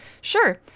Sure